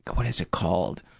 what is it called?